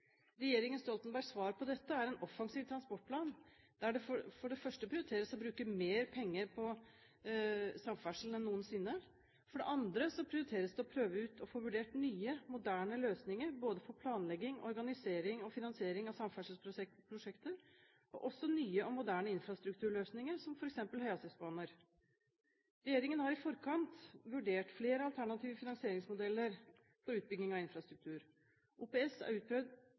Regjeringen Stoltenbergs svar på dette er en offensiv transportplan der det for det første prioriteres å bruke mer penger på samferdsel enn noensinne. For det andre prioriteres det å prøve ut og få vurdert nye, moderne løsninger for både planlegging, organisering og finansiering av samferdselsprosjekter, også nye og moderne infrastrukturløsninger som f.eks. høyhastighetsbaner. Regjeringen har i forkant vurdert flere alternative finansieringsmodeller for utbygging av infrastruktur. OPS er utprøvd